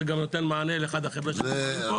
וזה גם נותן מענה לאחד החבר'ה שנמצאים פה.